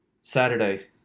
Saturday